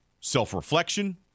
self-reflection